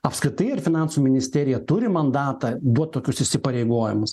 apskritai ar finansų ministerija turi mandatą duot tokius įsipareigojimus